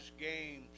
games